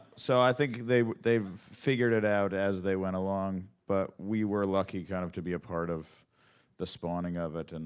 so i think they've they've figured it out as they went along. but we were lucky kind of to be a part of the spawning of it. and